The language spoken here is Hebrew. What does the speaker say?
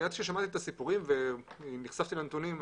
מיד כששמעתי את הסיפורים ונחשפתי לנתונים,